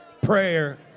prayer